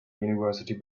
university